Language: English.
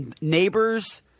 neighbors